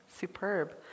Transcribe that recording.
superb